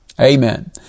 Amen